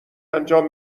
انجام